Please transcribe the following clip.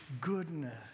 goodness